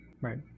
Right